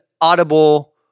audible